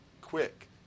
Quick